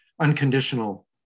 unconditional